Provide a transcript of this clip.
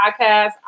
podcast